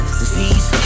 disease